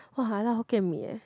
!wah! I like Hokkien Mee eh